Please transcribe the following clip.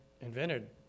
invented